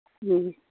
ꯎꯝ